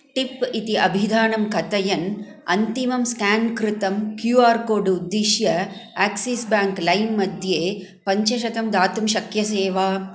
tip इति अभिधानं कथयन् अन्तिमं स्कान् कृतं क्यू आर् कोड् उद्दिश्य अक्सिस् ब्याङ्क् लैम् मध्ये पञ्चशतं दातुं शक्यसे वा